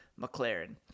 McLaren